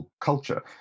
culture